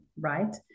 right